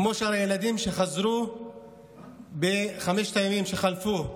כמו הילדים שחזרו בחמשת הימים שחלפו.